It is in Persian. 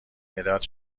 مداد